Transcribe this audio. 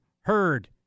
Heard